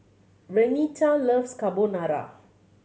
Renita loves Carbonara